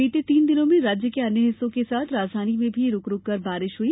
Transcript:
बीते तीन दिनों में राज्य के अन्य हिस्सों के साथ राजधानी में भी रूक रूककर बारिश हुई